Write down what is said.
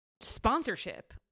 sponsorship